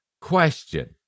Question